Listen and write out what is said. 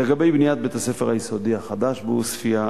לגבי בניית בית-הספר היסודי החדש בעוספיא,